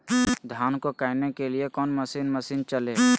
धन को कायने के लिए कौन मसीन मशीन चले?